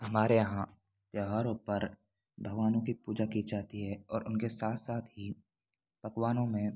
हमारे यहाँ त्योहारों पर भगवानों की पूजा की जाती है और उनके साथ साथ ही पकवानों में